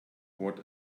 what